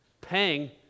paying